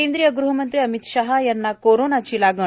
केंद्रीय ग्हमंत्री अमित शहा यांना कोरोनाची लागण